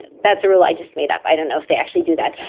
that's a rule i just made up, i don't know if they actually do that.